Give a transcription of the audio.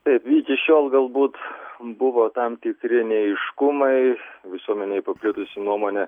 taip iki šiol galbūt buvo tam tikri neaiškumai visuomenėj paplitusi nuomonė